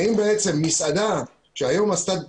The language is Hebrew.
האם בעצם מסעדה שהיום עשתה